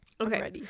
Okay